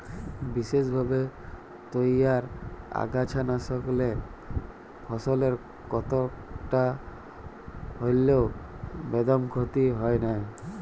বিসেসভাবে তইয়ার আগাছানাসকলে ফসলের কতকটা হল্যেও বেদম ক্ষতি হয় নাই